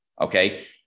okay